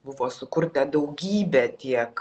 buvo sukurta daugybė tiek